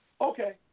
okay